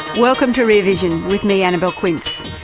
welcome to rear vision, with me, annabelle quince.